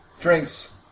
drinks